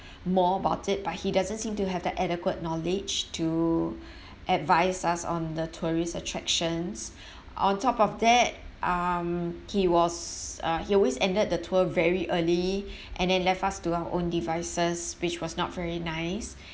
more about it but he doesn't seem to have the adequate knowledge to advise us on the tourist attractions on top of that um he was uh he always ended the tour very early and then left us to our own devices which was not very nice